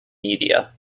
media